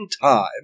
time